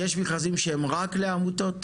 יש מכרזים שהם רק לעמותות?